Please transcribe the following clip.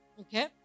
Okay